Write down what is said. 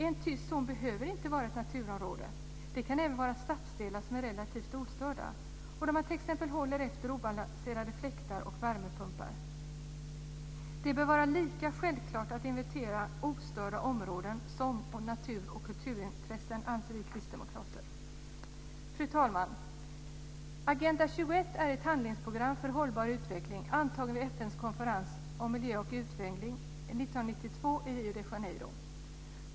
En tyst zon behöver inte vara ett naturområde, utan det kan även vara fråga om stadsdelar som är relativt ostörda där man t.ex. håller efter obalanserade fläktar och värmepumpar. Det bör vara lika självklart att inventera ostörda områden som att inventera natur och kulturintressena, anser vi kristdemokrater. Fru talman! Agenda 21 är ett handlingsprogram för hållbar utveckling antaget vid FN:s konferens om miljö och utveckling 1992 i Rio de Janeiro.